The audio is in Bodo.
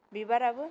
बिबाराबो